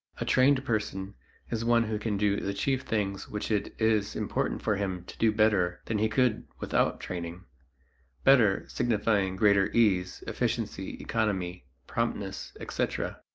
a trained person is one who can do the chief things which it is important for him to do better than he could without training better signifying greater ease, efficiency, economy, promptness, etc.